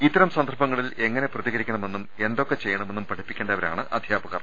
ഇത്തരം സന്ദർഭങ്ങളിൽ എങ്ങനെ പ്രതികരിക്കണമെന്നും എന്തൊക്കെ ചെയ്യണമെന്നും പഠി പ്പിക്കേണ്ടവരാണ് അധ്യാപകർ